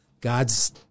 God's